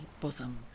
bosom